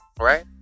right